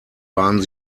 waren